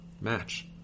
match